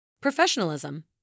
Professionalism